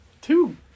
two